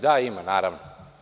Da, ima, naravno.